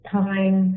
time